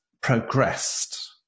progressed